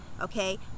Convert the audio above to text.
Okay